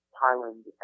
Thailand